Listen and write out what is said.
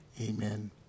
amen